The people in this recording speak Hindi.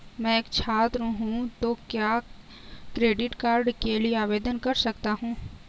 मैं एक छात्र हूँ तो क्या क्रेडिट कार्ड के लिए आवेदन कर सकता हूँ?